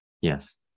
Yes